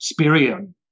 Spirium